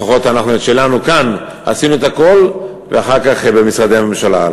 לפחות אנחנו כאן, ואחר כך הלאה במשרדי הממשלה.